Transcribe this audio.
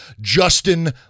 Justin